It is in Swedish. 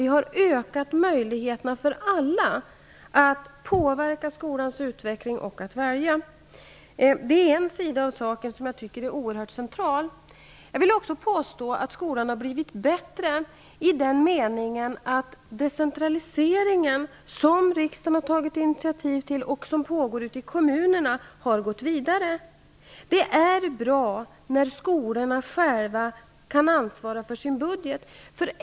Vi har ökat möjligheterna för alla att påverka skolans utveckling och att välja. Det är en sida av saken som jag tycker är oerhört central. Jag vill också påstå att skolan har blivit bättre i den meningen att decentraliseringen, som riksdagen har tagit initiativ till och som pågår ute i kommunerna, har gått vidare. Det är bra när skolorna själva kan ansvara för sin budget.